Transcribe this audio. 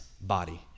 body